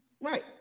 Right